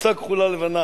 חולצה כחולה-לבנה,